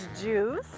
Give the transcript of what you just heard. juice